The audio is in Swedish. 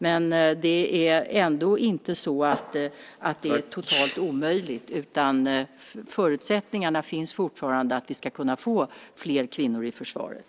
Men det är ändå inte så att det är totalt omöjligt, utan förutsättningarna finns fortfarande för att vi ska kunna få fler kvinnor i försvaret.